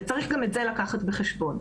צריך לקחת גם את זה בחשבון.